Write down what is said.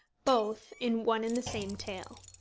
both in one and the same tale.